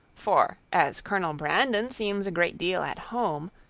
for as colonel brandon seems a great deal at home,